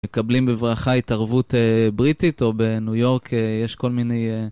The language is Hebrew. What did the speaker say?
מקבלים בברכה התערבות בריטית או בניו יורק יש כל מיני...